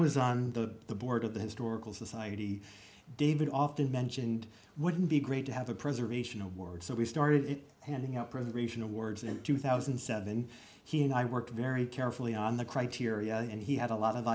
was on the board of the historical society david often mentioned wouldn't be great to have a preservation award so we started it handing out presentation awards in two thousand and seven he and i worked very carefully on the criteria and he had a lot of